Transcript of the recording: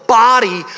body